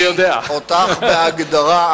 בהגדרה,